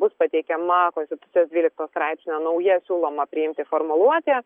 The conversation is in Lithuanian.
bus pateikiama konstitucijos dvylikto straipsnio nauja siūloma priimti formuluotė